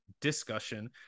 discussion